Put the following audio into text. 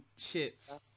shits